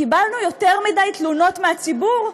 קיבלנו יותר מדי תלונות מהציבור,